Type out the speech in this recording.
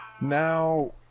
Now